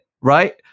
right